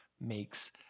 makes